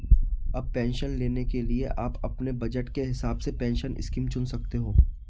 अब पेंशन लेने के लिए आप अपने बज़ट के हिसाब से पेंशन स्कीम चुन सकते हो